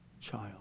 child